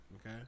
Okay